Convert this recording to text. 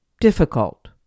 difficult